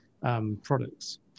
products